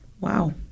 Wow